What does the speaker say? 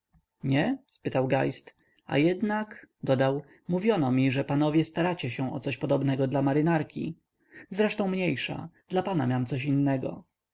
nie spytał geist a jednak dodał mówiono mi że panowie staracie się o coś podobnego dla marynarki zresztą mniejsza dla pana mam coś innego